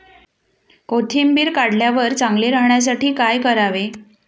कोथिंबीर काढल्यावर चांगली राहण्यासाठी काय करावे?